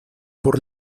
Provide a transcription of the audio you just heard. por